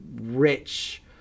rich